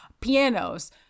Pianos